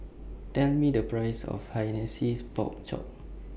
Tell Me The Price of Hainanese Pork Chop